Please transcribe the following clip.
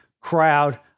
crowd